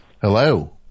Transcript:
hello